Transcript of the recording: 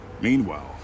Meanwhile